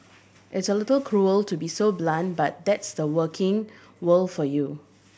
it's a little cruel to be so blunt but that's the working world for you